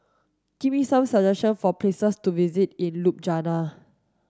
give me some suggestions for places to visit in Ljubljana